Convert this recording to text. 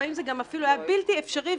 זה אפילו היה בלתי אפשרי,